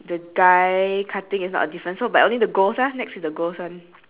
the girl with pink and yellow stripe dress and pink shoes